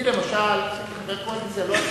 אני, כחבר קואליציה, לא הייתי,